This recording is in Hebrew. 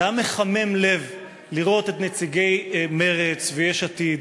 זה היה מחמם לב לראות את נציגי מרצ ויש עתיד